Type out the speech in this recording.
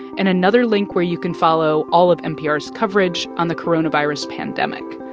and another link where you can follow all of npr's coverage on the coronavirus pandemic.